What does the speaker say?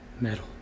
Metal